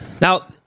Now